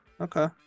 Okay